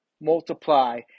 multiply